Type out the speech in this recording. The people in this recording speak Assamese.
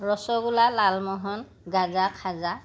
ৰচগোলা লালমোহন গাজা খাজা